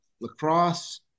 lacrosse